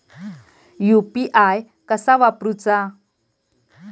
UPI कसा वापरूचा?